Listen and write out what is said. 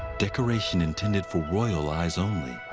decoration intended for royal eyes only.